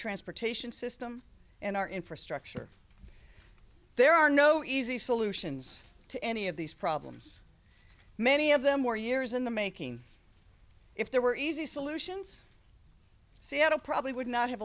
transportation system and our infrastructure there are no easy solutions to any of these problems many of them were years in the making if there were easy solutions seattle probably would not have